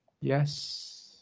Yes